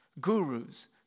gurus